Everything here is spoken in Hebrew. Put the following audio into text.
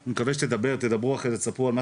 אני מקווה שתדברו אחר כך ותספרו על מה